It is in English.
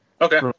Okay